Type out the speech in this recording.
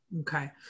Okay